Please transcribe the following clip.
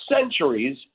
centuries